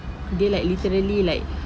dia like literally like